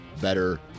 better